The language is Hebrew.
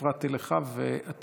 הפרעתי לך ואתה